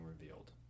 revealed